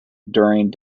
during